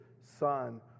Son